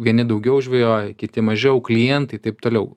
vieni daugiau žvejoja kiti mažiau klientai taip toliau